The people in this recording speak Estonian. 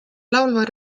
laulva